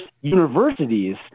universities